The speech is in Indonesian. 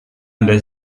anda